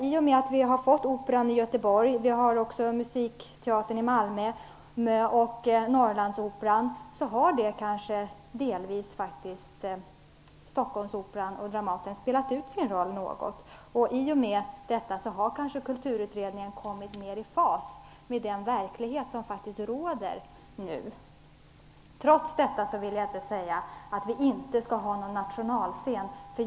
I och med Operan i Göteborg, musikteatern i Malmö och Norrlandsoperan har nog Stockholmsoperan och Dramaten delvis spelat ut sin roll. Därmed har kanske Kulturutredningen kommit mer i fas med den verklighet som nu råder. Trots detta vill jag inte säga att vi inte skall ha någon nationalscen.